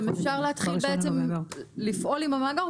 גם אפשר להתחיל בעצם לפעול עם המאגר.